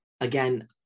again